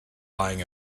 lying